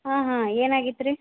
ಹಾಂ ಹಾಂ ಏನಾಗಿತ್ತು ರೀ